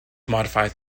modified